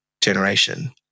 generation